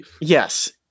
yes